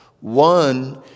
One